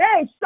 Hey